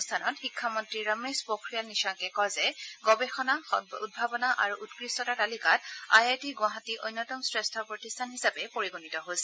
এই অনুষ্ঠানত শিক্ষামন্ত্ৰী ৰমেশ পোখিয়াল নিশাংকে কয় যে গৱেষণা উদ্ভাৱন আৰু উৎকৃষ্টতাৰ তালিকাত আই আই টি গুৱাহাটী অন্যতম শ্ৰেষ্ঠ প্ৰতিষ্ঠান হিচাপে পৰিগণিত হৈছে